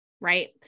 right